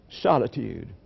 Solitude